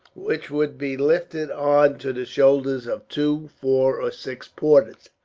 which would be lifted on to the shoulders of two, four, or six porters,